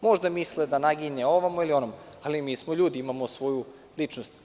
Može da misli da naginje ovamo ili onamo, ali mi smo ljudi i imamo svoju ličnost.